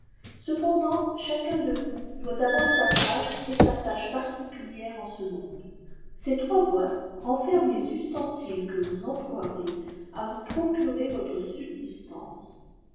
cependant chacun de vous doit avoir sa place et sa tâche particulière en ce monde ces trois boîtes renferment les ustensiles que vous employerez à vous procurer votre subsistance